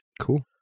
Cool